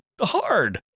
hard